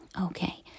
okay